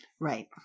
Right